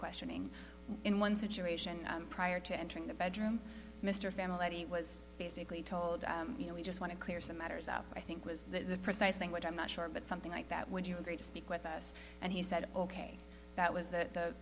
questioning in one situation prior to entering the bedroom mr familarity was basically told you know we just want to clear some matters up i think was the precise thing which i'm not sure but something like that would you agree to speak with us and he said ok that was the